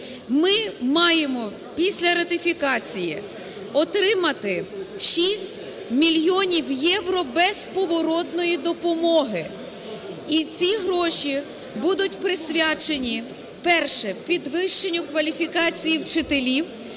Ми маємо після ратифікації отримати 6 мільйонів євро безповоротної допомоги, і ці гроші будуть присвячені, перше, підвищенню кваліфікації вчителів